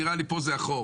נראה לי פה זה החור.